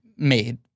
made